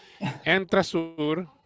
Entrasur